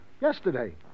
yesterday